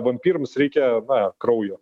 vampyrams reikia na kraujo